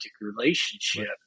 relationship